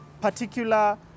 particular